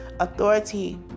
Authority